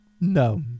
No